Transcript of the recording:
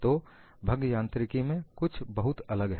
तो भंग यांत्रिकी में कुछ बहुत अलग है